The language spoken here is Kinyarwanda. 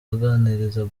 aganiriza